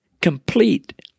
complete